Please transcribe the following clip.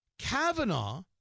Kavanaugh